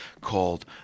called